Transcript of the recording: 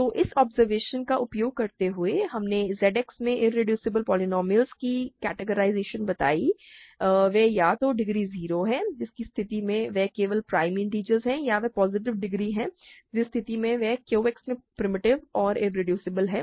तो इस ऑब्जरवेशन का उपयोग करते हुए हमने ZX में इरेड्यूसेबल पोलीनोमिअलस की कैरेक्टराइजेशन बताई है वे या तो डिग्री 0 हैं जिस स्थिति में वे केवल प्राइम इन्टिजरस हैं या वे पॉजिटिव डिग्री हैं जिस स्थिति में वे Q X में प्रिमिटिव और इरेड्यूसिबल हैं